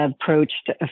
approached